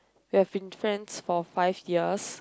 we have been friends for five years